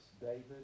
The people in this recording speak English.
David